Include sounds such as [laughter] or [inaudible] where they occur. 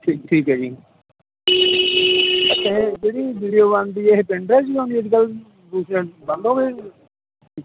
ਠੀਕ ਠੀਕ ਹੈ ਜੀ ਅਤੇ ਜਿਹੜੀ ਵੀਡੀਓ ਬਣਦੀ ਇਹ ਪਿੰਡ ਹੈ ਕੀ ਆ ਇਹ [unintelligible]